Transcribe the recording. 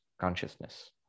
consciousness